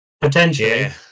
Potentially